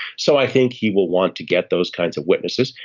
so i think he will want to get those kinds of witnesses.